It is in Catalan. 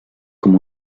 com